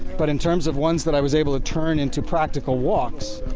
but in terms of ones that i was able to turn into practical walks,